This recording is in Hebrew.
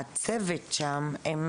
הצוות שם הן